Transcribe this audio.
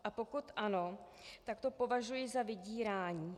A pokud ano, tak to považuji za vydírání.